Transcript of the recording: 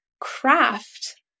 craft